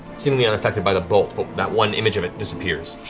seemingly unaffected by the bolt, but that one image of it disappears.